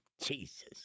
Jesus